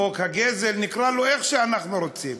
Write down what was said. חוק הגזל, נקרא לו איך שאנחנו רוצים,